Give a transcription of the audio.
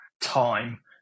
time